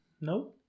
no